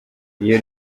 iyo